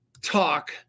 talk